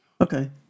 Okay